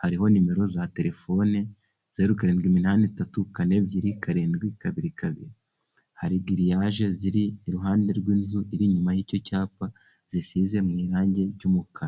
Hariho nimero za terefone zeru karindwi, imani eshatu, kane ebyiri, karindwi kabiri kabiri. Hari giriyaje ziri iruhande rw'inzu iri inyuma y'icyo cyapa, zisize mu irangi ry'umukara.